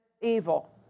evil